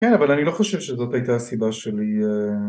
כן, אבל אני לא חושב שזאת הייתה הסיבה שלי.